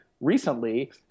Recently